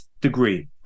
degree